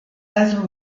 also